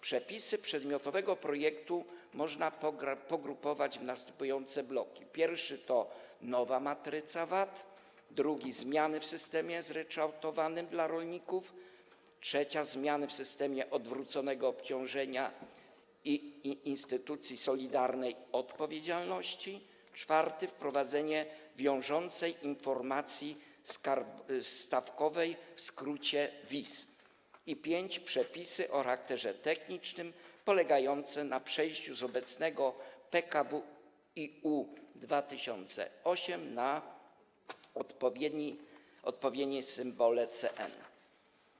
Przepisy przedmiotowego projektu można pogrupować w następujące bloki: pierwszy to nowa matryca VAT, drugi - zmiany w systemie zryczałtowanym dla rolników, trzeci - zmiany w systemie odwróconego obciążenia i instytucji solidarnej odpowiedzialności, czwarty - wprowadzenie wiążącej informacji stawkowej, w skrócie WIS, i piąty - przepisy o charakterze technicznym, polegające na przejściu z obecnego PKWiU 2008 na odpowiednie symbole CN.